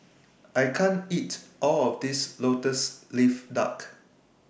I can't eat All of This Lotus Leaf Duck